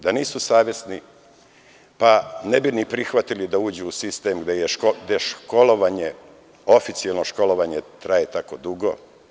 Da nisu savesni, ne bi ni prihvatili da uđu u sistem gde oficijelno školovanje traje tako dugo.